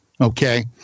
Okay